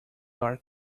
dark